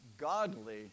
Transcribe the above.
Godly